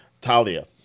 Talia